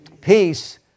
Peace